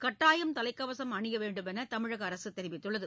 கட்டாயம் தலைக்கவசம் அணிய வேண்டுமென தமிழக அரசு தெரிவித்துள்ளது